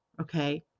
okay